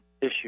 issue